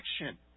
action